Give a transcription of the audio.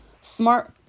smart